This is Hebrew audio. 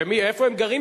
ואיפה הם גרים,